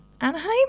Anaheim